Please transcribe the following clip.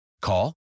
Call